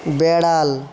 বেড়াল